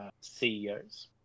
CEOs